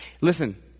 Listen